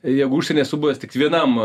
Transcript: jeigu užsieny esu buvęs tik vienam